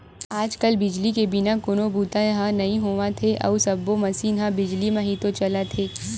आज कल बिजली के बिना कोनो बूता ह नइ होवत हे अउ सब्बो मसीन ह बिजली म ही तो चलत हे